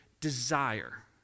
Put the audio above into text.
desire